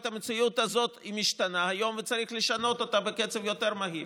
המציאות הזאת משתנה היום וצריך לשנות אותה בקצב יותר מהיר.